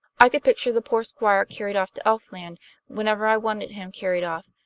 i could picture the poor squire carried off to elfland whenever i wanted him carried off,